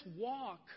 walk